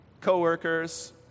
co-workers